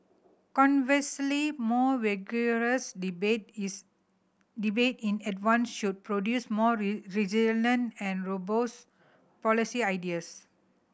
conversely more vigorous debate is debate in advance should produce more resilient and robust policy ideas